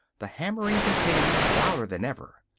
the hammering continued, louder than ever.